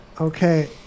Okay